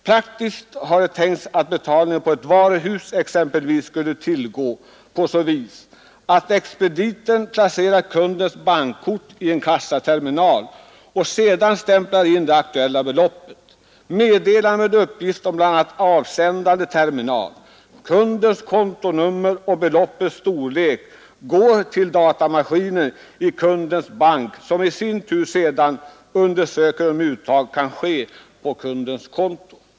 Praktiskt har det tänkts att betalning vid ett varuhus exempelvis skulle tillgå på så vis att expediten placerar kundens bankkort i en kassaterminal och sedan stämplar in det aktuella beloppet. Meddelande med uppgift om bland annat avsändande terminal, kundens kontonummer och beloppets storlek går till datamaskinen i kundens bank, som i sin tur undersöker om uttag kan ske på kundens konto.